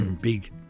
big